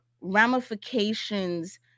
ramifications